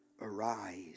arise